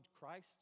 Christ